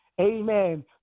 Amen